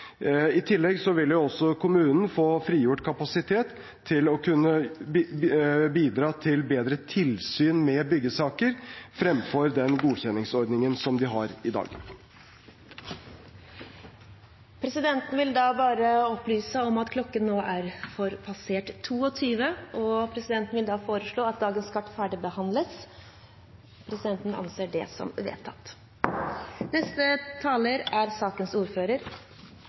I tillegg vil også kommunen få frigjort kapasitet til å kunne bidra til bedre tilsyn med byggesaker, fremfor den godkjenningsordningen som de har i dag. Presidenten vil opplyse om at den reglementsmessige tiden for kveldsmøtet nå er passert. Presidenten vil foreslå at dagens kart ferdigbehandles. – Det anses vedtatt.